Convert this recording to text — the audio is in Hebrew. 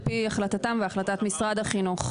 על פי החלטתם והחלטת משרד החינוך.